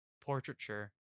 portraiture